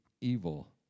evil